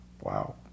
Wow